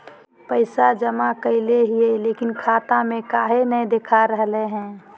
पैसा जमा कैले हिअई, लेकिन खाता में काहे नई देखा रहले हई?